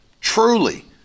truly